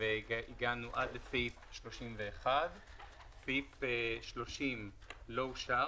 הגענו עד סעיף 31. סעיף 30 לא אושר,